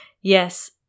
yes